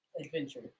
adventure